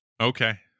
Okay